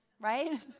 right